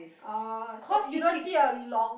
orh so you don't see a long